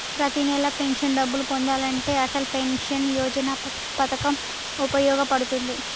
ప్రతి నెలా పెన్షన్ డబ్బులు పొందాలంటే అటల్ పెన్షన్ యోజన పథకం వుపయోగ పడుతుంది